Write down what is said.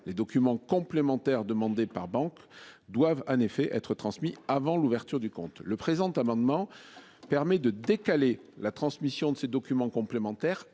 Les documents complémentaires demandées par Bank doivent en effet être transmis avant l'ouverture du compte, le présent amendement permet de décaler la transmission de ces documents complémentaires